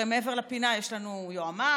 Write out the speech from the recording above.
הרי מעבר לפינה יש לנו יועמ"ש,